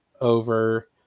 over